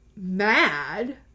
mad